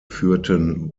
führten